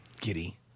Giddy